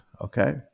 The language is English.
okay